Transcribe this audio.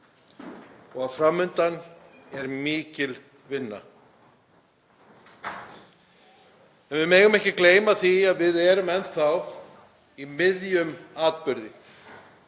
enn. Fram undan er mikil vinna en við megum ekki gleyma því að við erum enn þá í miðjum atburði.